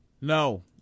No